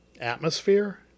atmosphere